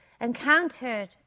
Encountered